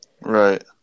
Right